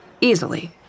easily